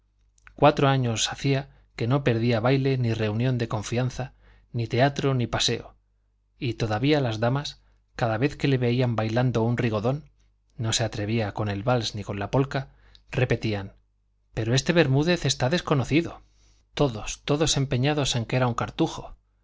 cuatro años hacía que no perdía baile ni reunión de confianza ni teatro ni paseo y todavía las damas cada vez que le veían bailando un rigodón no se atrevía con el wals ni con la polka repetían pero este bermúdez está desconocido todos todos empeñados en que era un cartujo